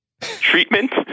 treatment